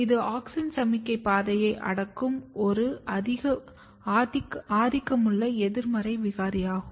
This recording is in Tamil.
இது ஆக்ஸின் சமிக்ஞை பாதையை அடக்கும் ஒரு ஆதிக்கமுள்ள எதிர்மறை விகாரியாகும்